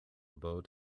boat